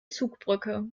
zugbrücke